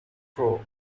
crow